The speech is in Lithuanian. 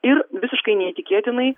ir visiškai neįtikėtinai